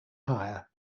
higher